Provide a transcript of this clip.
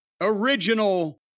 original